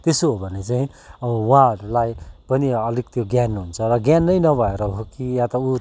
त्यसो हो भने चाहिँ अब उहाँहरूलाई पनि अलिक त्यो ज्ञान हुन्छ र ज्ञान नै नभएर हो कि या त